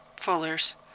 Fuller's